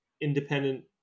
independent